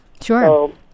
Sure